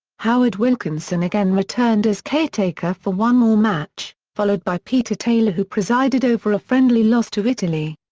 howard wilkinson again returned as caretaker for one more match, followed by peter taylor who presided over a friendly loss to italy.